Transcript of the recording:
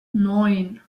neun